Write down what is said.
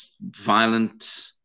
violent